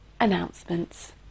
announcements